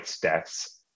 deaths